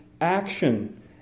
action